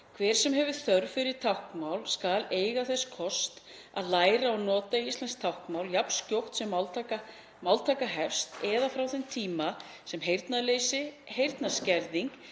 Hver sem hefur þörf fyrir táknmál skal eiga þess kost að læra og nota íslenskt táknmál jafn skjótt sem máltaka hefst eða frá þeim tíma sem heyrnarleysi,